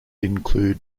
include